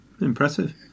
impressive